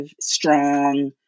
strong